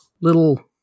little